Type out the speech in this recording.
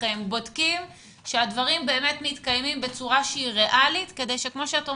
בודקים שהדברים באמת מתקיימים בצורה שהיא ריאלית כדי שכמו שאת אומרת,